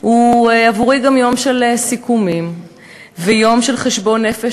הוא עבורי גם יום של סיכומים ויום של חשבון נפש,